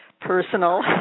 personal